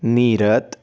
ਨੀਰਤ